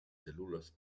cèl·lules